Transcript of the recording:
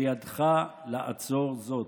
בידך לעצור זאת.